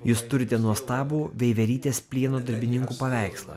jūs turite nuostabų veiverytės plieno darbininkų paveikslą